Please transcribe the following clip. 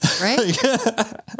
Right